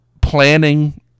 planning